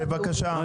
בבקשה, חברים.